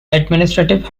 administrative